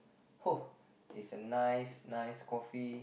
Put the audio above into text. is a nice nice coffee